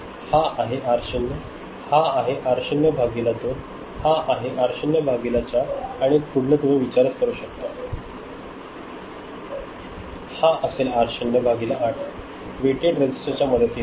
हा आहे आर 0 हा आहे आर 0 भागीला 2 हा आहे आर 0 भागीला 4 आणि तुम्ही विचार करू शकता हा असेल आर 0 भागीला 8 वेटेड रेझिस्टरच्या मदतीने